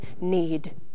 need